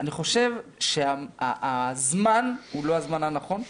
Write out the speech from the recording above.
אני חושב שהזמן הוא לא הזמן הנכון.